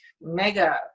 mega